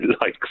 likes